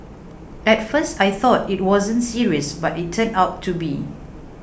at first I thought it wasn't serious but it turned out to be